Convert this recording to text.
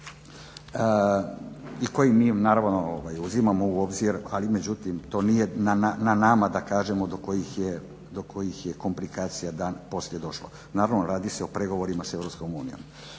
i koji mi naravno uzimamo u obzir, ali međutim to nije na nama da kažemo do kojih je komplikacija dan poslije došlo. Naravno, radi se o pregovorima s EU.